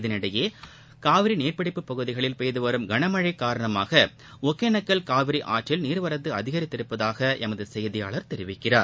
இதற்கிடையே காவிரி நீர்ப்பிடிப்பு பகுதிகளில் பெய்துவரும் கனமழை காரணமாக ஒகேனக்கல் காவிரி ஆற்றில் நீர்வரத்து அதிகரித்துள்ளதாக எமது செய்தியாளர் தெரிவிக்கிறார்